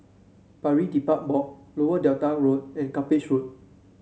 Pari Dedap Walk Lower Delta Road and Cuppage Road